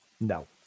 No